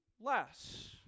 less